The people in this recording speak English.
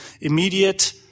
immediate